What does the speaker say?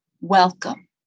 welcome